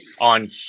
on